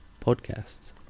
podcasts